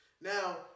Now